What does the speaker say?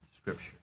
Scripture